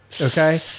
okay